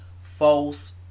false